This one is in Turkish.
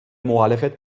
muhalefet